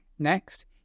Next